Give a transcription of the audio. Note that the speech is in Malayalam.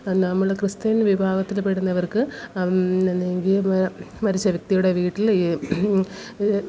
നമ്മള് ക്രിസ്ത്യൻ വിഭാഗത്തില് പെടുന്നവർക്ക് മരിച്ച വ്യക്തിയുടെ വീട്ടില് ഈ